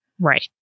Right